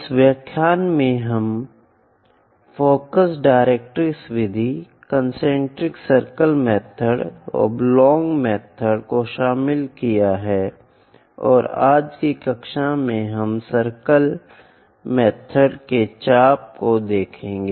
इस व्याख्यान में हमने फ़ोकस डिरेक्ट्रिक्स विधि concentric circle method oblong method को शामिल किया है और आज की कक्षा में हम सर्किल मेथड के चाप को देखेंगे